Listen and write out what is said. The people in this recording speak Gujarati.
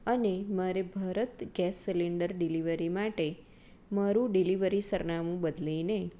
અને મારે ભારત ગેસ સીલિન્ડર ડિલિવરી માટે મારું ડિલિવરી સરનામું બદલીને